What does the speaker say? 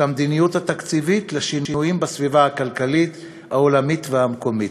המדיניות התקציבית לשינויים בסביבה הכלכלית העולמית והמקומית,